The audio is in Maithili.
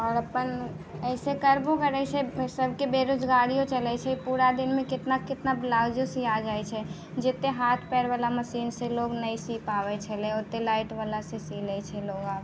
और अपन एहिसँ करबो करैत छै सभके बेरोजगारिओ चलैत छै पूरा दिनमे कितना कितना ब्लाउजो सिया जाइत छै जतेक हाथ पएरवला मशीनसँ लोक नहि सी पाबैत छलै ओतेक लाइटवलासँ सी लैत छै लोक आब